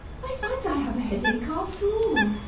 i find i have a headache after all,